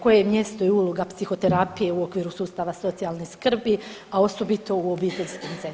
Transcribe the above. Koje je mjesto i uloga psihoterapije u okviru sustava socijalne skrbi, a osobito u obiteljskim centrima?